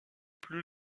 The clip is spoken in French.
plus